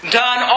done